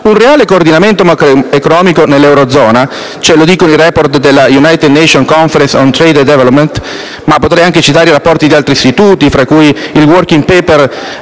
Un reale coordinamento macroeconomico nell'eurozona - ce lo dicono i *report* della *United Nations Conference on Trade and Development*, ma potrei anche citare i rapporti di altri istituti, quali ad esempio il *Working Paper*